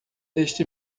este